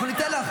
אנחנו ניתן לך.